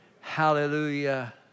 hallelujah